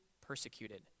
persecuted